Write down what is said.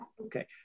Okay